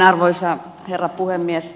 arvoisa herra puhemies